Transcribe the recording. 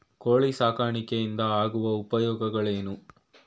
ಕೋಳಿ ಸಾಕಾಣಿಕೆಯಿಂದ ಆಗುವ ಉಪಯೋಗಗಳೇನು?